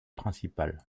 principale